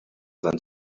than